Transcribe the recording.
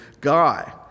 guy